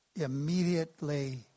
immediately